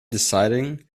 deciding